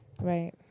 Right